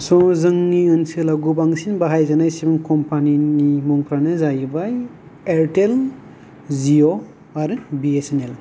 स जोंनि ओनसोलाव बांसिन बाहायजानाय सिम कम्पानि नि मुंफोरानो जाहैबाय एयारटेल जिअ आरो बिएसएनएल